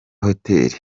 hotel